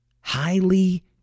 highly